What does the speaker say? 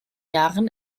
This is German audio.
jahren